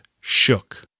shook